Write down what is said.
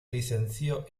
licenció